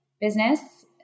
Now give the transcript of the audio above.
business